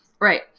Right